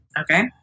Okay